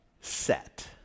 set